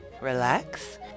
relax